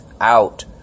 out